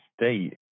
state